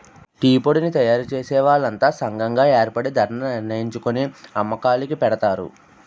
టీపొడిని తయారుచేసే వాళ్లంతా సంగం గాయేర్పడి ధరణిర్ణించుకొని అమ్మకాలుకి పెడతారు